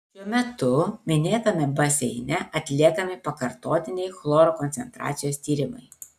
šiuo metu minėtame baseine atliekami pakartotiniai chloro koncentracijos tyrimai